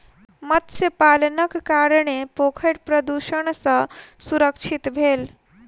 मत्स्य पालनक कारणेँ पोखैर प्रदुषण सॅ सुरक्षित भेल